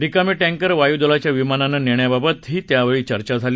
रिकामे टँकर वायुदलाच्या विमानानं नेण्याबाबत हि यावेळी चर्चा झाली